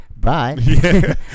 Bye